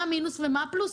מה המינוס ומה הפלוס,